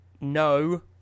No